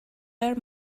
our